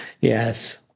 yes